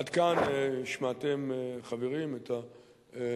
עד כאן שמעתם, חברים, את הדברים.